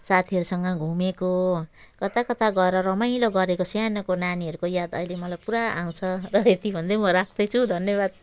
साथीहरूसँग घुमेको कता कता गएर रमाइलो गरेको सानोको नानीहरूको याद अहिले मलाई पुरा आउँछ र यति भन्दै राख्दैछु धन्यवाद